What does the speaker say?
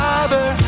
Father